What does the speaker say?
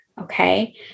okay